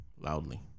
Loudly